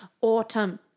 Autumn